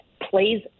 plays